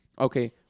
Okay